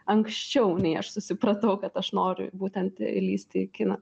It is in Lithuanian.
anksčiau nei aš susipratau kad aš noriu būtent įlįsti į kiną